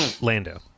Lando